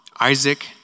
Isaac